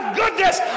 goodness